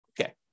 Okay